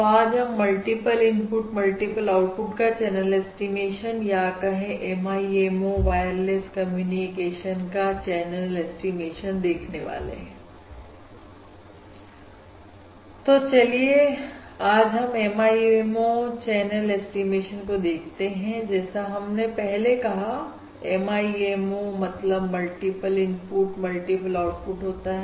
तो आज हम मल्टीपल इनपुट मल्टीपल आउटपुट का चैनल ऐस्टीमेशन या कहें MIMO वायरलेस कम्युनिकेशन का चैनल ऐस्टीमेशन देखने वाले हैं तो चलिए आज हम MIMO चैनल ऐस्टीमेशन को देखते हैं जैसा हमने पहले कहा MIMO मतलब मल्टीपल इनपुट मल्टीपल आउटपुट होता है